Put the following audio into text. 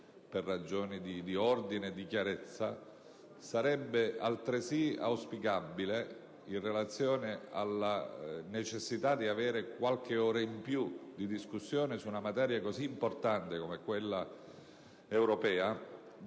per ragioni di ordine e di chiarezza, sarebbe altresì auspicabile, in relazione alla necessità di avere qualche ora in più di discussione su una materia così importante come quella europea,